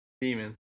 demons